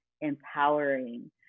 empowering